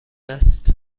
است